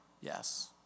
Yes